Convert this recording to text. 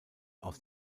aus